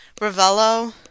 Ravello